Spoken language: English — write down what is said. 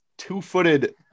two-footed